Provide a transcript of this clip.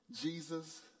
Jesus